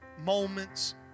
moments